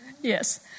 Yes